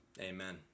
Amen